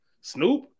Snoop